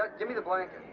give me the blanket.